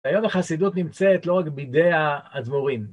היום, החסידות נמצאת לא רק בידי הדבורים.